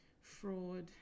fraud